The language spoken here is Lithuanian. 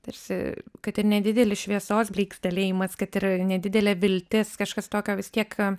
tarsi kad ir nedidelis šviesos blykstelėjimas kad ir nedidelė viltis kažkas tokio vis tiek